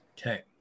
Okay